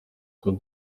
two